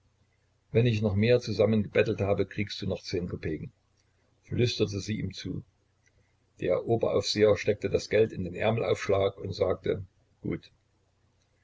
wenn ich noch mehr zusammengebettelt habe kriegst du noch zehn kopeken flüsterte sie ihm zu der oberaufseher steckte das geld in den ärmelaufschlag und sagte gut